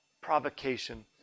provocation